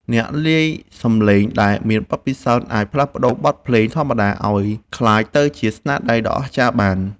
អ្នកលាយសំឡេងដែលមានបទពិសោធន៍អាចផ្លាស់ប្តូរបទភ្លេងធម្មតាឱ្យក្លាយទៅជាស្នាដៃដ៏អស្ចារ្យបាន។